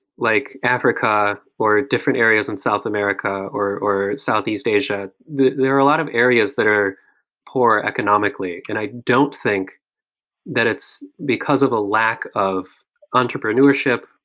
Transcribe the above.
like africa, africa, or different areas in south america, or or southeast asia, there are a lot of areas that are poor economically and i don't think that it's because of a lack of entrepreneurship,